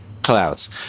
clouds